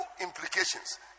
implications